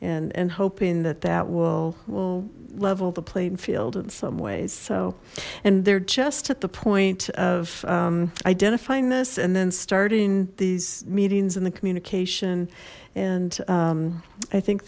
and and hoping that that will will level the playing field in some ways so and they're just at the point of identifying this and then starting these meetings and the communication and i think